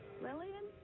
Lillian